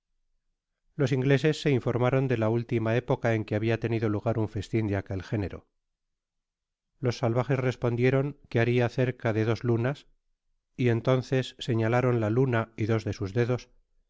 los ingleses se informaron de la última época en que habia tenido lugar un festin de aquel género los salvajes respondieron que haria cerca de dos lunas y entonces señalaron la luna y dos de sus dedos que